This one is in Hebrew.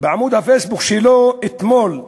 בעמוד הפייסבוק שלו אתמול.